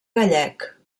gallec